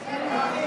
צחי,